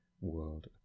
world